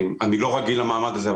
אני לא רגיל למעמד הזה,